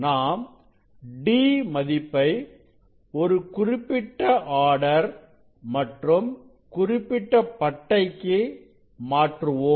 நாம் d மதிப்பை ஒரு குறிப்பிட்ட ஆர்டர் மற்றும் குறிப்பிட்ட பட்டைக்கு மாற்றுவோம்